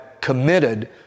committed